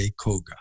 Koga